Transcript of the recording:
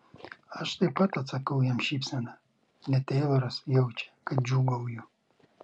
aš taip pat atsakau jam šypsena net teiloras jaučia kad džiūgauju